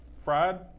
fried